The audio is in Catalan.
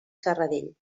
serradell